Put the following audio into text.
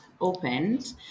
opened